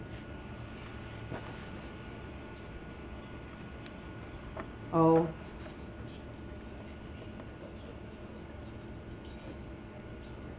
oo